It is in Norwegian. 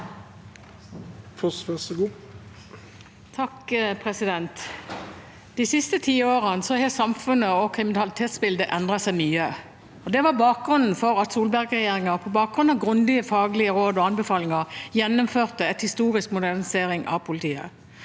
(H) De siste tiårene har samfunnet og kriminalitetsbildet endret seg mye. Det var bakgrunnen for at Solberg-regjeringen – på bakgrunn av grundige faglige råd og anbefalinger – gjennomførte en historisk modernisering av politiet.